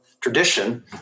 tradition